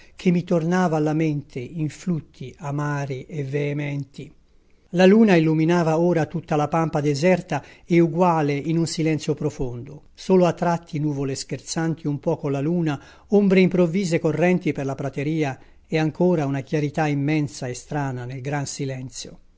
che mi tornava alla mente in flutti amari e veementi la luna illuminava ora tutta la pampa deserta e uguale in un silenzio profondo solo a tratti nuvole scherzanti un po colla luna ombre improvvise correnti per la prateria e ancora una chiarità immensa e strana nel gran silenzio